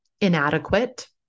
inadequate